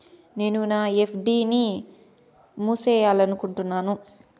నేను నా ఎఫ్.డి ని మూసేయాలనుకుంటున్నాను